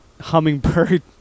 hummingbird